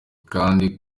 kandi